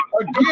again